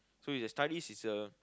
so your studies is a